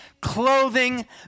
clothing